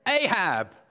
Ahab